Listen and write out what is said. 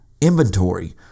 inventory